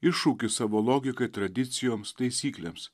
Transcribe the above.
iššūkį savo logikai tradicijoms taisyklėms